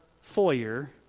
foyer